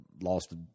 lost